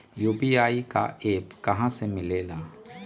UPI का app कहा से मिलेला?